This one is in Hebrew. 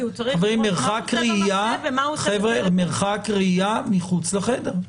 כי הוא צריך לראות מה הוא עושה --- מרחק ראייה מחוץ לחדר.